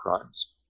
crimes